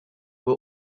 were